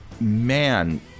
man